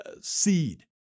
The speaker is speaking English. seed